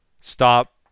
stop